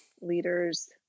leaders